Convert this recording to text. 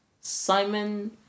Simon